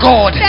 God